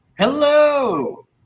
Hello